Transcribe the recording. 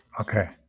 Okay